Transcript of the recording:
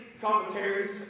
commentaries